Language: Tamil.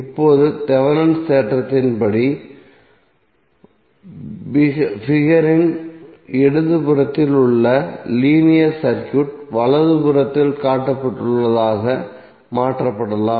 இப்போது தேவெனின்'ஸ் தேற்றத்தின் படி பிகர் இன் இடதுபுறத்தில் உள்ள லீனியர் சர்க்யூட் வலதுபுறத்தில் காட்டப்பட்டுள்ளதாக மாற்றலாம்